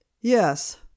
Yes